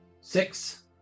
six